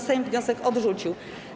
Sejm wniosek odrzucił.